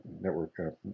network